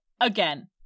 again